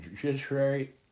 judiciary